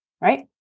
right